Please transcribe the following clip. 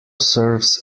serves